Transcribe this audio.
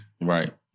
Right